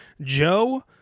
Joe